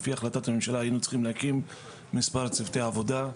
על פי החלטת הממשלה היינו צריכים להקים מספר צוותי עבודה,